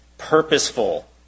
purposeful